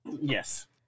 yes